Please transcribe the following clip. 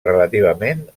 relativament